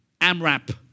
Amrap